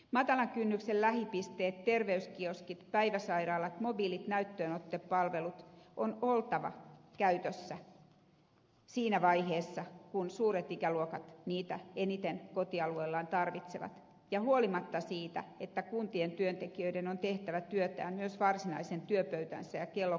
matalan kynnyksen lähipisteiden terveyskioskien päiväsairaaloiden mobiilien näytteenottopalvelujen on oltava käytössä siinä vaiheessa kun suuret ikäluokat niitä eniten kotialueellaan tarvitsevat ja huolimatta siitä että kuntien työntekijöiden on tehtävä työtään myös varsinaisen työpöytänsä ja kellokorttitilan ulkopuolella